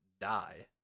die